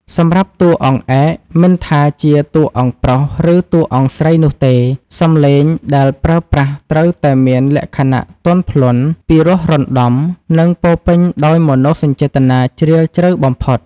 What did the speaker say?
សម្រាប់តួអង្គឯក មិនថាជាតួអង្គប្រុស ឬតួអង្គស្រីនោះទេ សំឡេងដែលប្រើប្រាស់ត្រូវតែមានលក្ខណៈទន់ភ្លន់ ពីរោះរណ្ដំ និងពោពេញដោយមនោសញ្ចេតនាជ្រាលជ្រៅបំផុត។